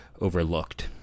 overlooked